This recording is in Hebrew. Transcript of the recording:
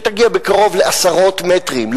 שתגיע בקרוב לעשרות מטרים,